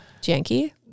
janky